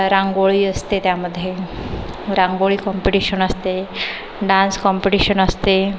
रांगोळी असते त्यामध्ये रांगोळी कॉम्पिटिशण असते डान्स कॉम्पिटिशन असते